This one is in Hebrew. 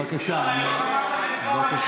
בבקשה, לא למדת לספור עד שלוש,